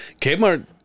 Kmart